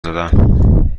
داد